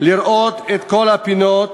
לראות את כל הפינות